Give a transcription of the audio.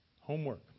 Homework